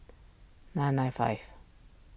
nine nine five